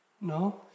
No